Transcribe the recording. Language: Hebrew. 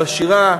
בשירה,